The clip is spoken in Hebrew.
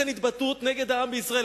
היתה כאן התבטאות נגד העם בישראל.